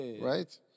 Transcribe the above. Right